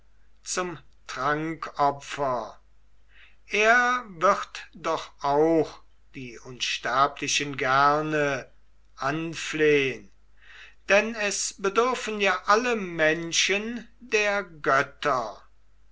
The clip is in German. zum trankopfer er wird doch auch die unsterblichen gerne anflehn denn es bedürfen ja alle menschen der götter